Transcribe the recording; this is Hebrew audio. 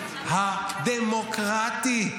הדמוקרטי,